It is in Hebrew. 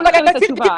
לא, אבל את עשית בדיקה.